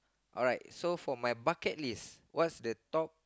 alright so for my bucket list what's the top